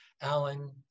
Alan